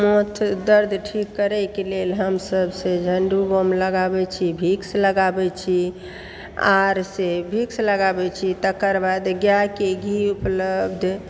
माथ दर्द ठीक करयके लेल हम सबसे झण्डुबाम लगाबै छी भिक्स लगाबै छी आर से भिक्स लगाबै छी तकर बाद गायके घी उपलब्ध